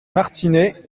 martinets